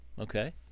Okay